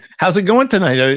how's it going tonight?